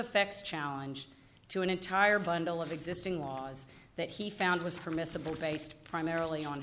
effects challenge to an entire bundle of existing laws that he found was permissible based primarily on